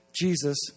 Jesus